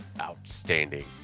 outstanding